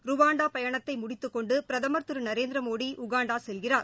Rwanda பயனத்தை முடித்துக் கொண்டு பிரதமர் திரு நரேந்திர மோடி உகாண்டா செல்கிறார்